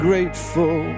Grateful